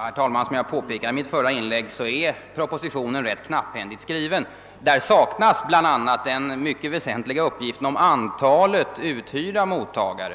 Herr talman! Som jag påpekade i mitt förra inlägg är propositionen ganska knapphändigt skriven. I den saknas bl.a. den mycket väsentliga uppgiften om antalet uthyrda mottagare.